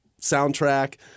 soundtrack